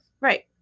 right